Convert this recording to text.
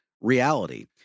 reality